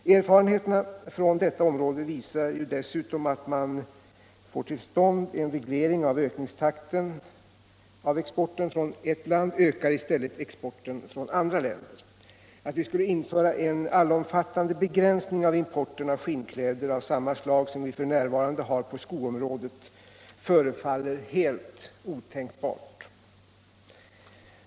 Erfarenheterna från detta område visar dessutom att om man kan uppnå en reglering av ökningstakten i exporten från ett land ökar i stället exporten från andra länder. 123 Det förefaller helt otänkbart att vi skulle införa en allomfattande begränsning av importen av skinnkläder, av samma slag som vi f. n. har på skoområdet.